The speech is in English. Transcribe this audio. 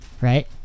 right